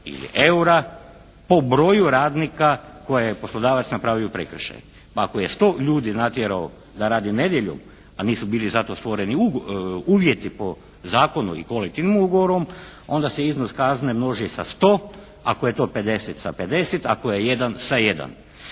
ili eura po broju radnika koje je poslodavac napravio prekršaj. Pa ako je 100 ljudi natjerao da radi nedjeljom, a nisu bili za to stvoreni uvjeti po zakonu i kolektivnim ugovorom onda se iznos kazne množi sa 100. Ako je to 50 sa 50. Ako je 1 sa 1.